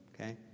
Okay